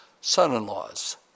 son-in-laws